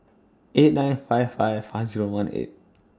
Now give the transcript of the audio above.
eight nine five five five Zero one eight